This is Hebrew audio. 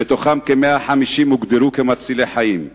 מתוכם כ-150 פינויים הוגדרו כמצילי חיים.